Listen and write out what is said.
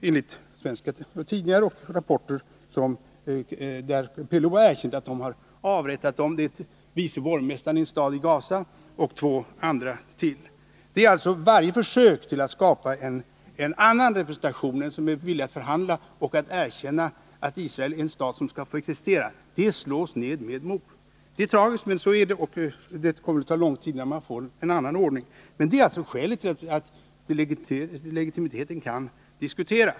Enligt svenska tidningar och rapporter har PLO erkänt att man har avrättat vice borgmästaren i en stad i Gazaområdet och två andra personer. Varje försök att skapa en annan representation, som är villig att förhandla och att erkänna att Israel är en stat som skall få existera, slås alltså ned med mord. Det är tragiskt, men så är det. Och det kommer att ta lång tid innan man får en annan ordning. Detta är alltså skälet till att legimiteten kan diskuteras.